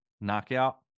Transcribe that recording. knockout